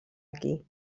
aquí